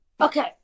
Okay